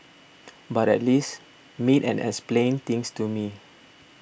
but at least meet and explain things to me